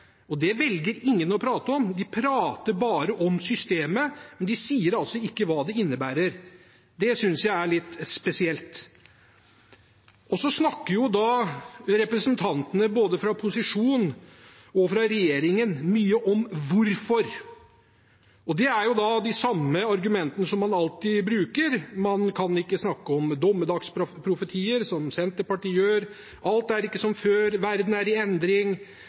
og det velger ingen å prate om. De prater bare om systemet, men de sier altså ikke hva det innebærer. Det synes jeg er litt spesielt. Så snakker representantene for både posisjonen og regjeringen mye om hvorfor. Det er de samme argumentene som man alltid bruker: Man kan ikke snakke om dommedagsprofetier, som Senterpartiet gjør, alt er ikke som før, verden er i endring,